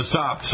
Stop